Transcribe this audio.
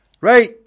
Right